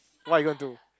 what you're gonna do